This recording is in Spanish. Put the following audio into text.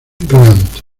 grant